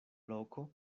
loko